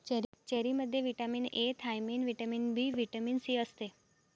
चेरीमध्ये vitamin A, thiamine, vitamin B, vitamin C असते